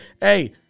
Hey